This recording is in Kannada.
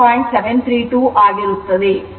732 ಆಗಿರುತ್ತದೆ